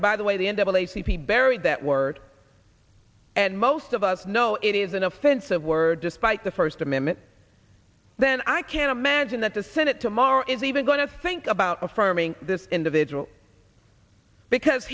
and by the way at the end of a c p buried that word and most of us know it is an offensive word despite the first amendment then i can imagine that the senate tomorrow is even going to think about affirming this individual because